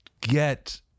get